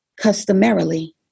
customarily